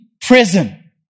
prison